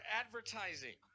advertising